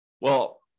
well-